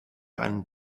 einen